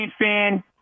fan